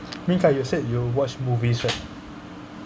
ming kai you said you watch movies right